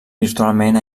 virtualment